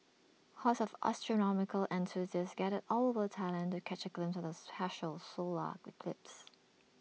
horses of astronomical enthusiasts gathered all over Thailand to catch A glimpse of the partial solar eclipse